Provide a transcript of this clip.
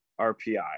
RPI